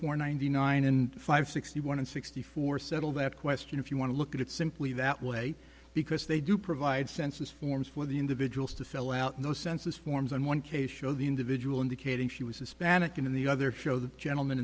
for ninety nine and five sixty one and sixty four settle that question if you want to look at it simply that way because they do provide census forms for the individuals to fill out no census forms on one case show the individual indicating she was hispanic and in the other show the gentleman